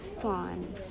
fun